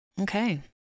Okay